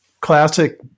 classic